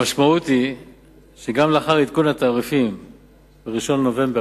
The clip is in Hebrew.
המשמעות היא שגם לאחר עדכון התעריפים ב-1 בנובמבר